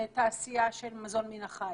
מתעשייה של מזון מן החי.